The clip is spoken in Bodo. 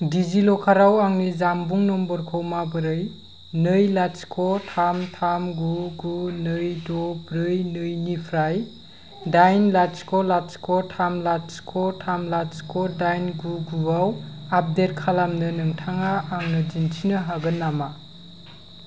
डिजिलकाराव आंनि जानबुं नम्बरखौ माबोरै नै लाथिख थाम थाम गु गु नै द ब्रै नैनिफ्राय दाइन लाथिख लाथिख थाम लाथिख थाम लाथिख दाइन गु गु आव आपडेट खालामनो नोंथाङा आंनो दिन्थिनो हागोन नामा